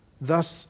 thus